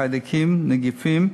חיידקים ונגיפים,